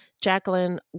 Jacqueline